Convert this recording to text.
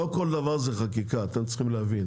בסדר, אבל לא כל דבר זה חקיקה, אתם צריכים להבין.